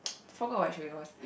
forgot what show it was